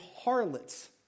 harlots